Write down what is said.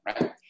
right